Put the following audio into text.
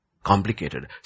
Complicated